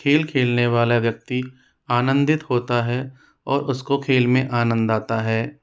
खेल खेलने वाला व्यक्ति आनंदित होता है और उसको खेल में आनंद आता है